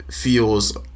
feels